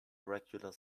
regular